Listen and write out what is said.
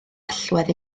allwedd